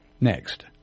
next